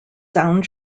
sound